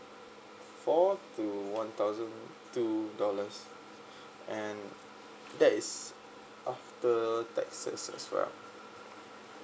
four to one thousand two dollars and that is after taxes as well